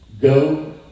go